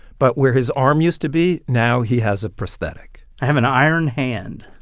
but where his arm used to be, now he has a prosthetic i have an iron hand.